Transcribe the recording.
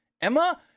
Emma